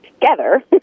together